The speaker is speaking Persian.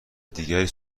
دیگری